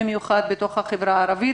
במיוחד בתוך החברה הערבית,